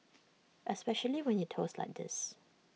especially when you toss like this